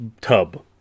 tub